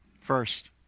First